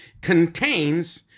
contains